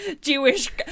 Jewish